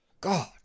God